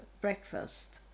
breakfast